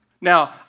Now